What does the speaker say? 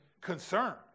concern